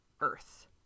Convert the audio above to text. Earth